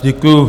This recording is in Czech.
Děkuju.